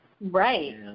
Right